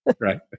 right